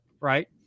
right